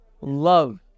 love